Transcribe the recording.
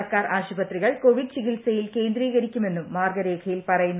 സർക്കാർ ആശുപത്രികൾ കോവിഡ് ചികിത്സയിൽ കേന്ദ്രീകരിക്കുമെന്നും മാർഗ്ഗരേഖയിൽ പറയുന്നു